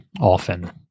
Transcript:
often